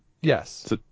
yes